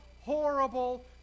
horrible